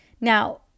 Now